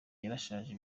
yarashaje